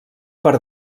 per